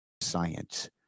science